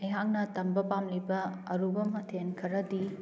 ꯑꯩꯍꯥꯛꯅ ꯇꯝꯕ ꯄꯥꯝꯂꯤꯕ ꯑꯔꯨꯕ ꯃꯊꯦꯜ ꯈꯔꯗꯤ